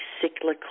cyclical